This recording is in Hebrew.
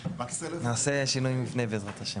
נעשה שינוי מבנה בעזרת ה'.